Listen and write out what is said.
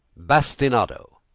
bastinado,